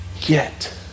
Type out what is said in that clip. get